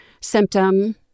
symptom